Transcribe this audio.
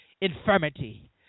infirmity